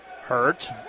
Hurt